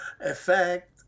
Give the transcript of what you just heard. effect